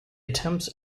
attempts